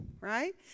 right